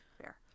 Fair